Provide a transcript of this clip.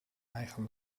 eigen